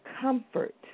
Comfort